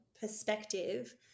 perspective